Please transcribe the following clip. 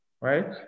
right